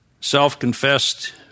Self-confessed